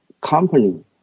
company